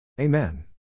Amen